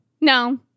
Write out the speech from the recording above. No